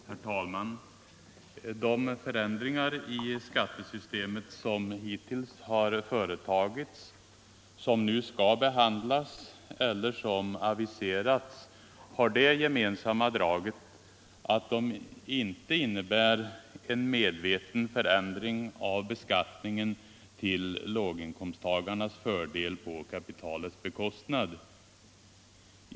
Herr talman! De förändringar i skattesystemet som hittills företagits, som nu skall behandlas eller som aviserats har det gemensamma draget att de inte innebär en medveten förändring av beskattningen till låginkomsttagarnas fördel på kapitalets bekostnad.